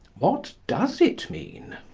what does it mean?